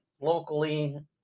locally